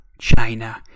China